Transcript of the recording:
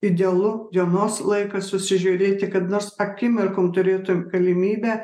idealu dienos laiką susižiūrėti kad nors akimirkom turėtum galimybę